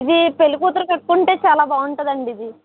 ఇది పెళ్లికూతురు కట్టుకుంటే చాలా బాగుంటుంది అండి ఇది